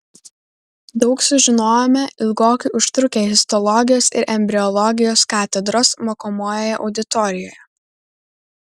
daug sužinojome ilgokai užtrukę histologijos ir embriologijos katedros mokomoje auditorijoje